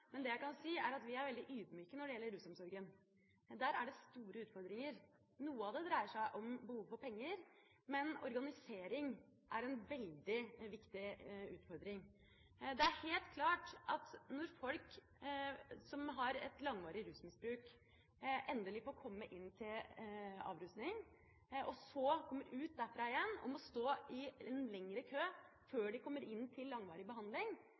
men organisering er en veldig viktig utfordring. Det er helt klart at når folk som har et langvarig rusmisbruk, endelig får komme inn til avrusning, og så kommer ut derfra igjen og må stå i en lengre kø før de kommer inn til langvarig behandling,